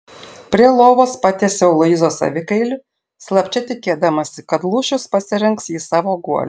prie lovos patiesiau luizos avikailį slapčia tikėdamasi kad lūšius pasirinks jį savo guoliu